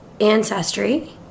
ancestry